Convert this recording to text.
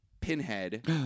pinhead